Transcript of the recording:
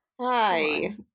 Hi